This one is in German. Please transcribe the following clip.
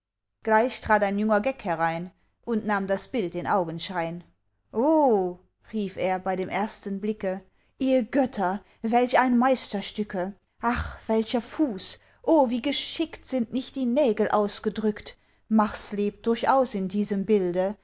trat ein junger geck herein und nahm das bild in augenschein o rief er bei dem ersten blicke ihr götter welch ein meisterstücke ach welcher fuß o wie geschickt sind nicht die nägel ausgedrückt mars lebt durchaus in diesem bilde